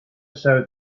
show